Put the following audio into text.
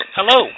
Hello